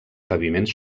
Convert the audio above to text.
paviments